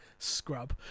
scrub